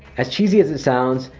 as cheesy as it sounds,